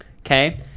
Okay